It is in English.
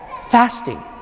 Fasting